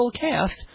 cast